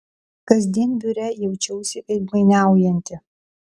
kasdien biure jaučiausi veidmainiaujanti